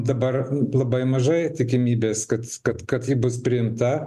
dabar labai mažai tikimybės kad kad kad ji bus priimta